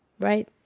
right